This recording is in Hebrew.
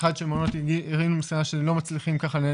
ב' שהמעונות ימסרו שהם לא מצליחים ככה לנהל